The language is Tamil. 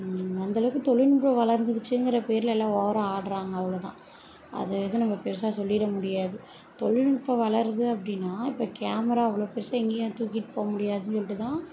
அந்தளவுக்கு தொழில்நுட்பம் வளர்ந்துடுச்சிங்கிற பேர்ல எல்லாம் ஓவராக ஆடுறாங்க அவ்வளோதான் அதை எதுவும் நம்ம பெருசாக சொல்லிட முடியாது தொழில்நுட்பம் வளருது அப்படின்னா இப்போ கேமரா இவ்வளோ பெருசு எங்கேயும் தூக்கிட்டு போக முடியாதுன்னு சொல்லிட்டுதான்